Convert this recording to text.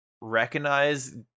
recognize